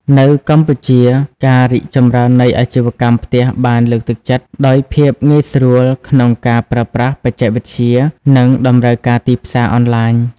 នៅកម្ពុជា ការរីកចម្រើននៃអាជីវកម្មផ្ទះបានលើកទឹកចិត្តដោយភាពងាយស្រួលក្នុងការប្រើប្រាស់បច្ចេកវិទ្យា និងតម្រូវការទីផ្សារអនឡាញ។